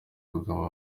kigabo